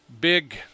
big